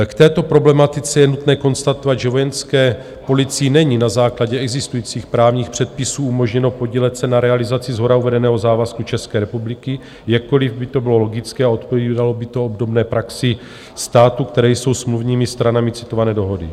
K této problematice je nutné konstatovat, že Vojenské policii není na základě existujících právních předpisů umožněno podílet se na realizaci shora uvedeného závazku České republiky, jakkoliv by to bylo logické a odpovídalo by to obdobné praxi států, které jsou smluvními stranami citované dohody.